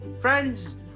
friends